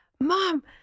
Mom